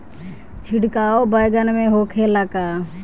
छिड़काव बैगन में होखे ला का?